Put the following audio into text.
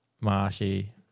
Marshy